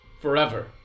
forever